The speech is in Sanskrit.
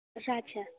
साक्षात्